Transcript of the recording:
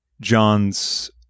John's